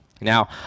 Now